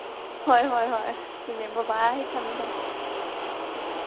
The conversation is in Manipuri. ꯍꯣꯏ ꯍꯣꯏ ꯍꯣꯏ ꯑꯗꯨꯅꯦ ꯕꯥꯏ ꯕꯥꯏ ꯊꯝꯃꯦ ꯊꯝꯃꯦ